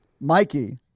Mikey